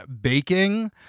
baking